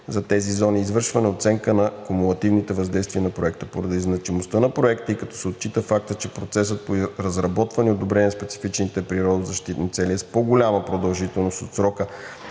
за тези зони и извършване на оценка на кумулативните въздействия на Проекта. Поради значимостта на Проекта и като се отчита фактът, че процесът по разработване и одобрение на специфичните природозащитни цели е с по-голяма продължителност от срока